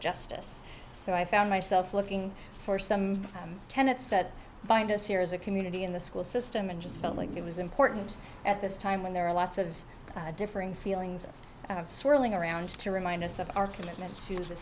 justice so i found myself looking for some tenets that bind us here as a community in the school system and just felt like it was important at this time when there are lots of differing feelings swirling around to remind us of our commitment to the